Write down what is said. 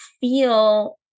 feel